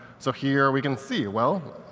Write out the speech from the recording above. so here we can see, well,